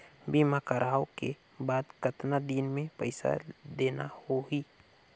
बीमा करवाओ के बाद कतना दिन मे पइसा देना हो ही?